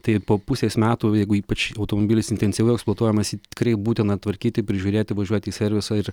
tai po pusės metų jeigu ypač automobilis intensyviau eksploatuojamas tikrai būtina tvarkyti prižiūrėti važiuoti į servisą ir